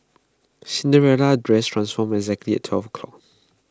Cinderella's dress transformed exactly at twelve o'clock